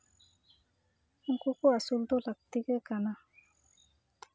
ᱩᱱᱠᱩ ᱠᱚ ᱟᱹᱥᱩᱞ ᱫᱚ ᱞᱟᱹᱠᱛᱤ ᱜᱮ ᱠᱟᱱᱟ